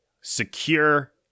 secure